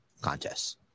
contests